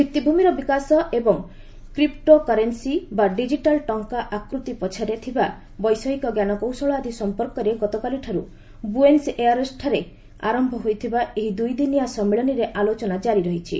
ଭିଭିଭୂମିର ବିକାଶ ଏବଂ crypto currency ବା ଡିଜିଟାଲ୍ ଟଙ୍କା ଆକୃତି ପଛରେ ଥିବା ବୈଷୟିକ ଜ୍ଞାନକୌଶଳ ଆଦି ସଂପର୍କରେ ଗତକାଲିଠାରୁ ବୁଏନ୍ସ ଏୟାରସ୍ଠାରେ ଆରମ୍ଭ ହୋଇଥିବା ଏହି ଦୁଇଦୁନିଆ ସମ୍ମିଳନୀରେ ଆଲୋଚନା କ୍କାରି ରହିଛି